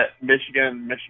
Michigan-Michigan